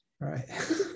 right